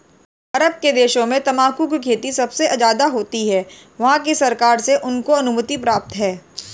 अरब के देशों में तंबाकू की खेती सबसे ज्यादा होती है वहाँ की सरकार से उनको अनुमति प्राप्त है